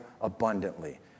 abundantly